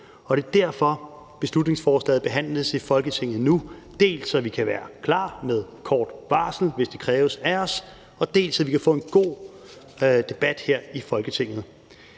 det er derfor, beslutningsforslaget behandles i Folketinget nu, dels så vi kan være klar med kort varsel, hvis det kræves af os, dels så vi kan få en god debat her i Folketinget.